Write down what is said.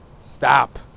Stop